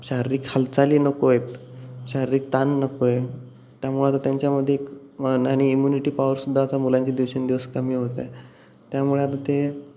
शारीरिक हालचाली नको आहेत शारीरिक ताण नको आहे त्यामुळं आता त्यांच्यामध्ये एक मन आणि इम्युनिटी पावरसुद्धा आता मुलांची दिवसेंदिवस कमी होत आहे त्यामुळे आता ते